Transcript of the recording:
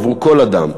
לכל אדם,